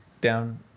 down